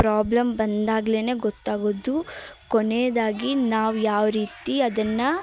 problem ಬಂದಾಗಲೇ ಗೊತ್ತಾಗೋದು ಕೊನೆಯದಾಗಿ ನಾವು ಯಾವ್ರೀತಿ ಅದನ್ನು